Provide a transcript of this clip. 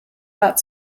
that